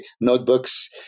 notebooks